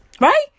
Right